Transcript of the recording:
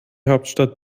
hauptstadt